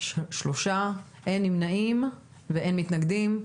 אין נמנעים ואין מתנגדים.